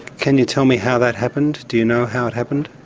can you tell me how that happened? do you know how it happened?